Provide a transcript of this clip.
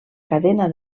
cadena